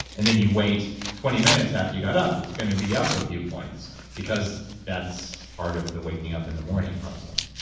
and then you wait twenty minutes after you got up, it's going to be up a few points, because that's part of the waking up in the morning process